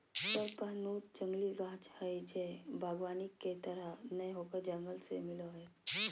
कडपहनुत जंगली गाछ हइ जे वागबानी के तरह नय होकर जंगल से मिलो हइ